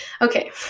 Okay